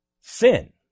sin